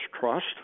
trust